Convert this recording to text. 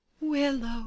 willow